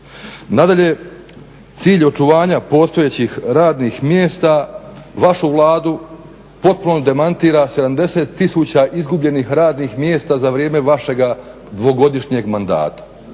Nadalje, cilj očuvanja postojećih radnih mjesta vašu Vladu potpuno demantira 70 tisuća izgubljenih radnih mjesta za vrijeme vašega dvogodišnjeg mandata.